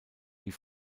die